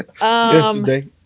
Yesterday